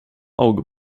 auge